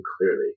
clearly